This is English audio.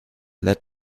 led